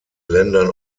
ländern